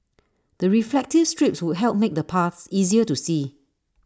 the reflective strips would help make the paths easier to see